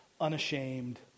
unashamed